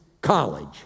College